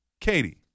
Katie